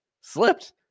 Slipped